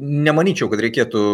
nemanyčiau kad reikėtų